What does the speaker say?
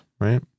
right